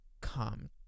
come